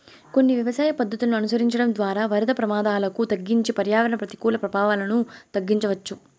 కొన్ని వ్యవసాయ పద్ధతులను అనుసరించడం ద్వారా వరద ప్రమాదాలను తగ్గించి పర్యావరణ ప్రతికూల ప్రభావాలను తగ్గించవచ్చు